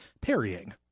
parrying